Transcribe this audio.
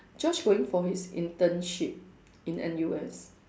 Josh going for his internship in N_U_S